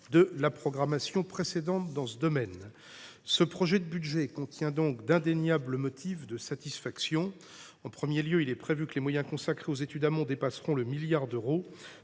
de la programmation précédente dans ce domaine. Il comporte donc d’indéniables motifs de satisfaction. En premier lieu, il est prévu que les moyens consacrés aux études amont dépasseront 1 milliard d’euros.